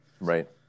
Right